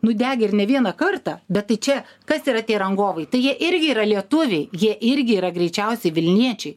nudegę ir ne vieną kartą bet tai čia kas yra tie rangovai tai jie irgi yra lietuviai jie irgi yra greičiausiai vilniečiai